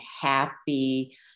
happy